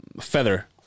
feather